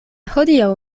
hodiaŭ